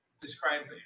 describe